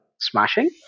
smashing